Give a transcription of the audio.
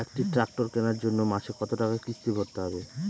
একটি ট্র্যাক্টর কেনার জন্য মাসে কত টাকা কিস্তি ভরতে হবে?